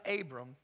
Abram